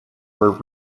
were